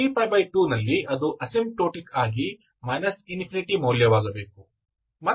3π2 ನಲ್ಲಿ ಅದು ಅಸಿಂಟೋಟಿಕ್ ಆಗಿ ∞ ಮೌಲ್ಯವಾಗಬೇಕು